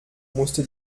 musste